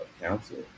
counsel